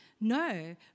No